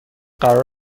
قرار